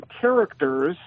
characters